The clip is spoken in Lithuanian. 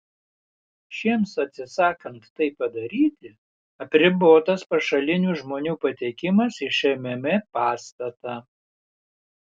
šiems atsisakant tai padaryti apribotas pašalinių žmonių patekimas į šmm pastatą